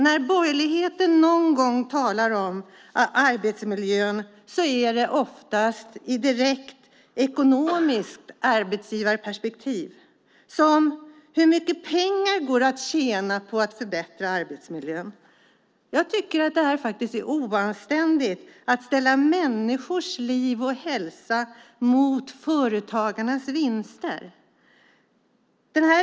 När borgerligheten någon gång talar om arbetsmiljön är det i ett direkt ekonomiskt arbetsgivarperspektiv, som hur mycket pengar man kan tjäna på att förbättra arbetsmiljön. Jag tycker att det är oanständigt att ställa människors liv och hälsa mot företagarnas vinster.